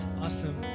Awesome